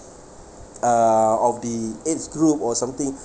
uh of the age group or something